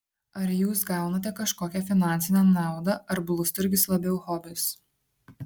ar jūs gaunate kažkokią finansinę naudą ar blusturgis labiau hobis